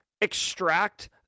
extract